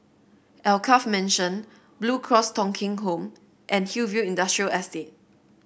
Alkaff Mansion Blue Cross Thong Kheng Home and Hillview Industrial Estate